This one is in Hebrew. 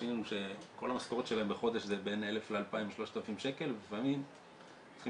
אנשים שכל המשכורת שלהם בחודש היא בין 1,000-3,000 שקל והם צריכים